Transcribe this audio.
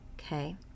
Okay